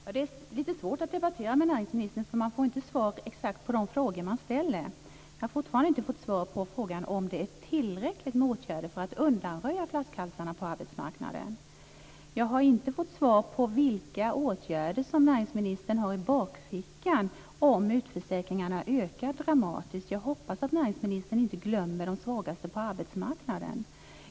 Herr talman! Det är lite svårt att debattera med näringsministern, för man får inte svar på exakt de frågor man ställer. Jag har fortfarande inte fått svar på frågan om det är tillräckligt med åtgärder för att undanröja flaskhalsarna på arbetsmarknaden. Jag har inte fått svar på vilka åtgärder näringsministern har i bakfickan om utförsäkringarna ökar dramatiskt. Jag hoppas att näringsministern inte glömmer de svagaste på arbetsmarknaden.